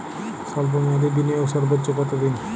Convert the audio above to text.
স্বল্প মেয়াদি বিনিয়োগ সর্বোচ্চ কত দিন?